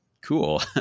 cool